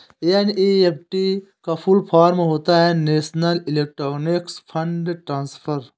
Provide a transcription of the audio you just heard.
NEFT का full form होता है नेशनल इलेक्ट्रॉनिक्स फण्ड ट्रांसफर